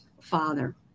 father